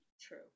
true